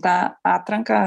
tą atranką